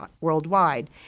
worldwide